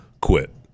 quit